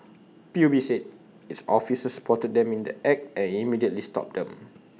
P U B said its officers spotted them in the act and immediately stopped them